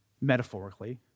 Metaphorically